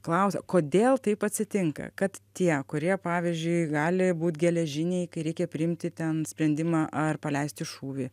klausia kodėl taip atsitinka kad tie kurie pavyzdžiui gali būt geležiniai kai reikia priimti ten sprendimą ar paleisti šūvį